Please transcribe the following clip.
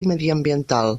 mediambiental